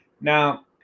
now